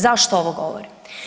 Zašto ovo govorim?